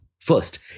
First